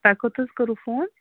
تۄہہِ کوٚت حظ کوٚرُو فون